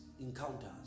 encounters